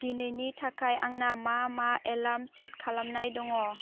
दिनैनि थाखाय आंना मा मा एलार्म सेट खालामनाय दङ